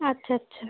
আচ্ছা আচ্ছা